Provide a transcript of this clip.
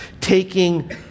Taking